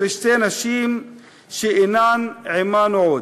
של שתי נשים שאינן עמנו עוד.